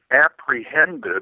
apprehended